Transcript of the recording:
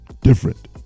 different